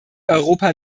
europa